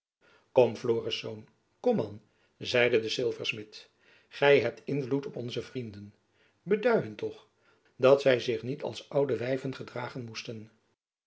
man zeide de zilversmid gy hebt invloed op onze vrienden bedui hun toch dat zy zich niet als oude wijven gedragen moesten